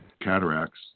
cataracts